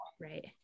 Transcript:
Right